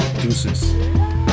Deuces